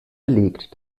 belegt